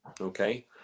okay